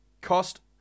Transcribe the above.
Cost